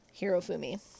Hirofumi